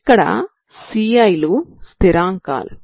ఇక్కడ Ci లు స్థిరాంకాలు